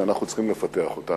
שאנחנו צריכים לפתח אותה.